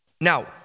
Now